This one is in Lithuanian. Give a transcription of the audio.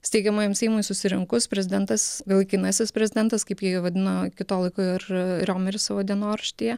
steigiamajam seimui susirinkus prezidentas laikinasis prezidentas kaip jį vadino iki to laiko ir riomeris savo dienoraštyje